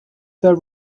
their